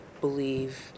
believe